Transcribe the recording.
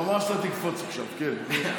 הוא אמר שאתה תקפוץ עכשיו, כן.